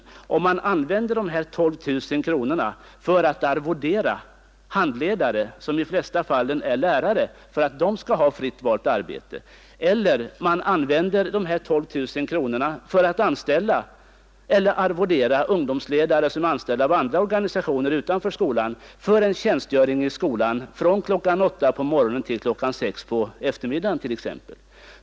Får man det, om man använder de här 12 000 kronorna till att arvodera handledare, som i de flesta fallen är lärare för att de skall ha fritt valt arbete, eller om man använder de här 12 000 kronorna för att anställa eller arvodera ungdomsledare, som är anställda av andra organisationer utanför skolan, för en tjänstgöring i skolan från kl. 8 på morgonen till kl. 6 på eftermiddagen t. ex?